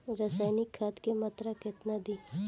रसायनिक खाद के मात्रा केतना दी?